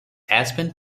aspen